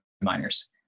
miners